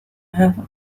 have